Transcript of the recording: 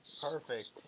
Perfect